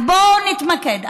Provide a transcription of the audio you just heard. אז בואו נתמקד.